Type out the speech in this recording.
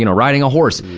you know riding a horse!